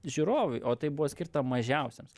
žiūrovui o tai buvo skirta mažiausiems